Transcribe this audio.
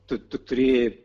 tu tu turi